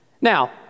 Now